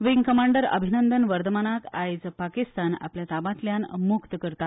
wing commander Abhinandan वर्धमानाक आयज पाकिस्तान आपल्या ताब्यातल्यान मूक्त करता